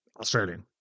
Australian